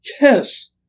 Yes